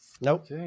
Nope